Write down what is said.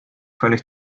völlig